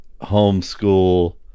homeschool